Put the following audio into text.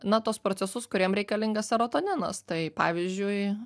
na tuos procesus kuriem reikalingas serotoninas tai pavyzdžiui